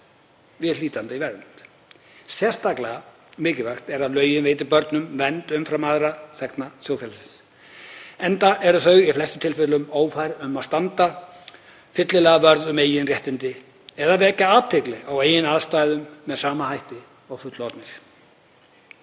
viðhlítandi vernd. Sérstaklega er mikilvægt að lög veiti börnum vernd umfram aðra þegna þjóðfélagsins, enda eru þau í flestum tilvikum ófær um að standa fyllilega vörð um eigin réttindi eða vekja athygli á eigin aðstæðum með sama hætti og fullorðnir.